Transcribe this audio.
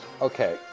Okay